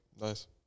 Nice